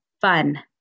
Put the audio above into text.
fun